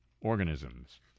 organisms